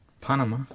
Panama